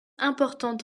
importante